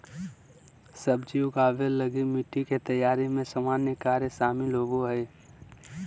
सब्जी उगाबे लगी मिटटी के तैयारी में सामान्य कार्य शामिल होबो हइ